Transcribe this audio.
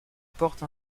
porte